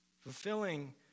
Fulfilling